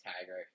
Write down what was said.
Tiger